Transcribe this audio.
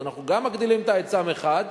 אז אנחנו גם מגדילים את ההיצע מחד,